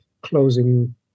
closing